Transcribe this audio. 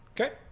okay